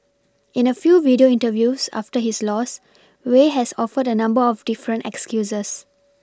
in a few video interviews after his loss wei has offered a number of different excuses